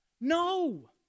No